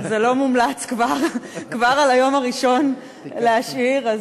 זה לא מומלץ כבר על היום הראשון להשאיר.